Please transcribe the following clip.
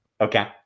Okay